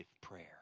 prayer